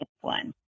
one